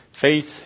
Faith